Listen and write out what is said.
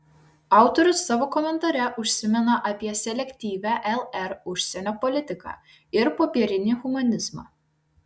autorius savo komentare užsimena apie selektyvią lr užsienio politiką ir popierinį humanizmą